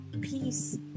peace